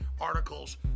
articles